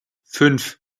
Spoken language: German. fünf